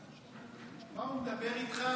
מה הוא מדבר איתך,